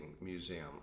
museum